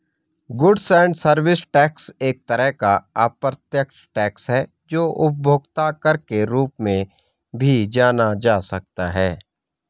goods and service tax एक तरह का अप्रत्यक्ष टैक्स है जो उपभोक्ता कर के रूप में भी जाना जा सकता है